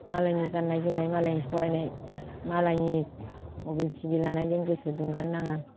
मालायनि गाननाय जोमनाय मालायनि फरायनाय मालायनि मबाइल थिबि लानायजों गोसो दुंगानो नाङा